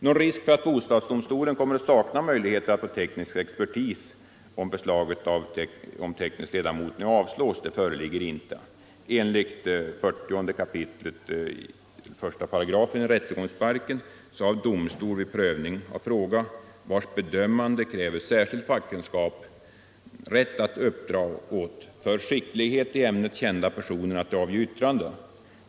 Någon risk för att bostadsdomstolen kommer att sakna möjligheter att få teknisk expertis om förslaget om teknisk ledamot avslås föreligger inte. Enligt 40 kap. 1§ rättegångsbalken har domstol vid prövning av fråga, vars bedömande kräver särskild fackkunskap, rätt att uppdra åt för skicklighet i ämnet kända personer att avge yttrande.